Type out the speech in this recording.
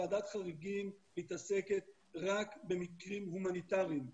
ועדת חריגים מתעסקת רק במקרים הומניטריים,